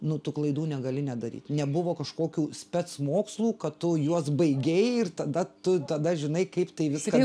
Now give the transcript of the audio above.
nu tų klaidų negali nedaryt nebuvo kažkokių spec mokslų kad to juos baigei ir tada tu tada žinai kaip tai viską